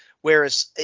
Whereas